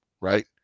right